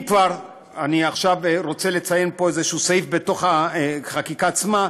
אם כבר, אני רוצה לציין סעיף בחקיקה עצמה,